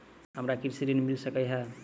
हमरा कृषि ऋण मिल सकै है?